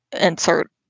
insert